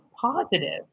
positive